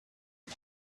you